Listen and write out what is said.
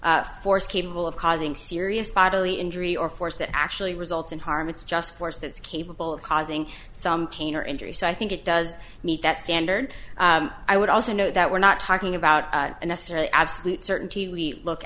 force capable of causing serious bodily injury or force that actually results in harm it's just force that's capable of causing some pain or injury so i think it does meet that standard i would also note that we're not talking about a necessarily absolute certainty we look